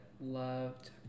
loved